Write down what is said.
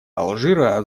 алжира